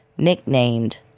nicknamed